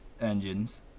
engines